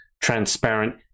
transparent